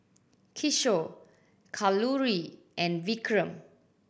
Kishore Kalluri and Vikram